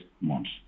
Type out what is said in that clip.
months